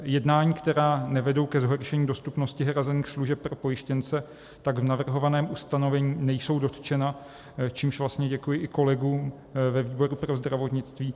Jednání, která nevedou ke zhoršení dostupnosti hrazených služeb pro pojištěnce, v navrhovaném ustanovení nejsou dotčena, čímž vlastně děkuji i kolegům ve výboru pro zdravotnictví.